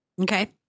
Okay